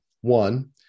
One